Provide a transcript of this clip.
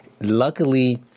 Luckily